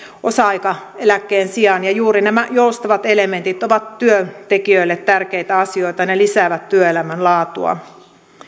osa aikaeläkkeen sijaan ja juuri nämä joustavat elementit ovat työntekijöille tärkeitä asioita ne ne lisäävät työelämän laatua